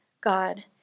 God